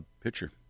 pitcher